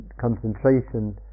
concentration